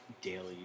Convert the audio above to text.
daily